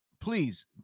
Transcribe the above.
Please